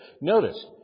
Notice